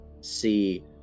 see